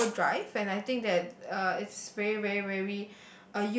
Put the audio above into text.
uh overdrive and I think that uh it's very very very